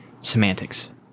Semantics